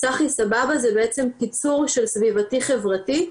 סחי סבבה זה בעצם קיצור של סביבתי חברתי,